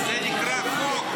זה נקרא חוק.